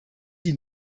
die